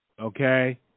Okay